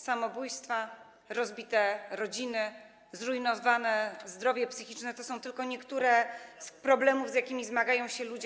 Samobójstwa, rozbite rodziny, zrujnowane zdrowie psychiczne - to są tylko niektóre z problemów, z jakimi zmagają się ludzie.